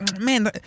man